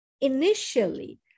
initially